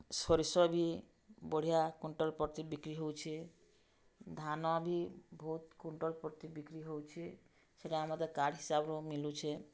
ସୋରିଷ ବି ବଢ଼ିଆ କୁଇଣ୍ଟାଲ୍ ବିକ୍ରି ହେଉଛେ ଧାନ ବି ବହୁତ କୁଇଣ୍ଟାଲ୍ ବିକ୍ରି ହେଉଛେ ସେଟା ଆମେ କାର୍ଡ଼ ହିସାବରୁ ମିଳୁଛେ